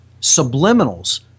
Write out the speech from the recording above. subliminals